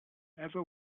ever